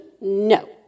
No